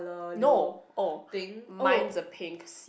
no oh mine is a pink